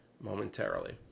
momentarily